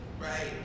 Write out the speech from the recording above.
right